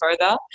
further